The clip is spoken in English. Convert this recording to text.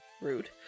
Rude